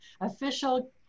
official